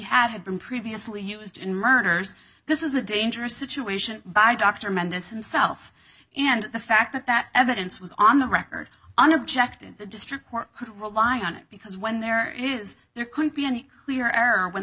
had had been previously used in murders this is a dangerous situation by dr mendus himself and the fact that evidence was on the record unobjective the district who rely on it because when there is there couldn't be any clear error when